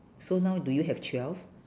so now do you have twelve